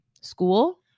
school